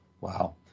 Wow